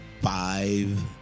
five